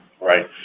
Right